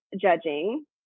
judging